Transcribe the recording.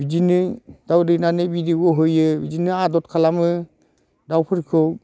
बिदिनो दाउ दैनानै बिदै गहोयो बिदिनो आदद खालामो दाउफोरखौ